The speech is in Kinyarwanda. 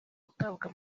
gutabwa